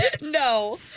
No